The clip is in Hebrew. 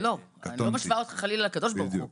אני לא משווה אותך חלילה לקדוש ברוך הוא,